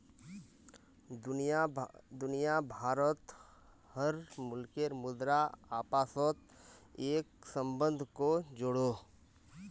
दुनिया भारोत हर मुल्केर मुद्रा अपासोत एक सम्बन्ध को जोड़ोह